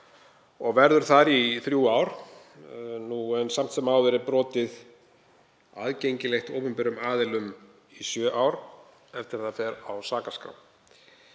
og verður þar í þrjú ár, en samt sem áður er brotið aðgengilegt opinberum aðilum í sjö ár eftir að það fer á sakaskrá.